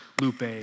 Lupe